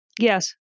Yes